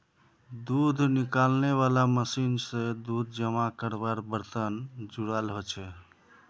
दूध निकालनेवाला मशीन से दूध जमा कारवार बर्तन जुराल होचे